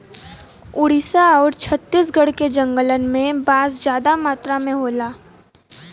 ओडिसा आउर छत्तीसगढ़ के जंगलन में बांस जादा मात्रा में होला